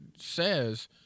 says